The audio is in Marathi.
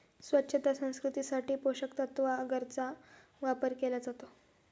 स्वच्छता संस्कृतीसाठी पोषकतत्त्व अगरचा वापर केला जातो